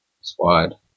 Squad